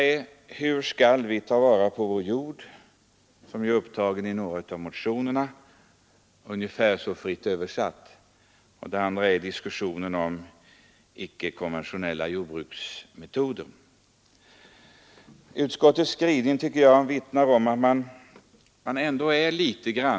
76 En fråga som har tagits upp i några av motionerna är, fritt formulerat: Hur skall vi ta vara på vår jord? En annan fråga gäller icke-konventionella — Nr 51 jordbruksmetoder. Torsdagen den Utskottets skrivning vittnar om att man är litet efter sin tid.